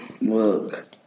Look